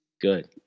Good